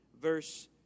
verse